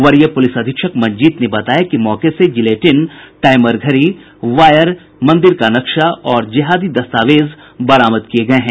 वरीय पुलिस अधीक्षक मंजीत ने बताया कि मौके से जिलेटीन टाईमर घड़ी वायर मंदिर का नक्शा और जेहादी दस्तावेज बरामद किये गये हैं